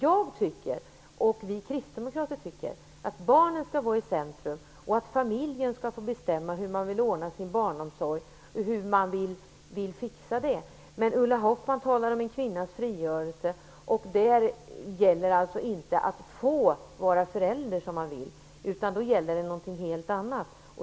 Vi kristdemokrater tycker att barnen skall vara i centrum och att familjen skall få bestämma hur man vill ordna sin barnomsorg. Men Ulla Hoffmann talar om kvinnans frigörelse, och där gäller alltså inte att få vara förälder som man vill, utan det gäller någonting helt annat.